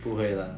不会啦